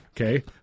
okay